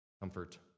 comfort